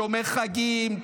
שומר חגים,